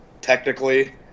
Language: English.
Technically